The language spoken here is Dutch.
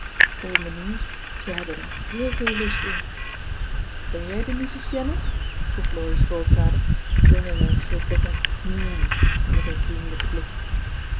o mijnheer ze hebben er héél veel lust in ben jij de musicienne vroeg laurie's grootvader zonder zijn schrikwekkend hm en met een vriendelijken blik